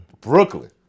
Brooklyn